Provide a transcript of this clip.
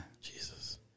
Jesus